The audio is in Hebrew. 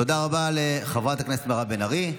תודה רבה לחברת הכנסת מירב בן ארי,